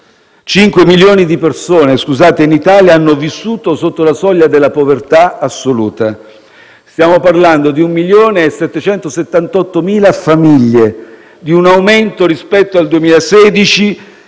5 milioni di persone in Italia hanno vissuto sotto la soglia della povertà assoluta. Stiamo parlando di un milione e 778.000 famiglie, di un aumento rispetto al 2016